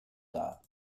dar